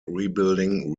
rebuilding